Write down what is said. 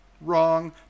Wrong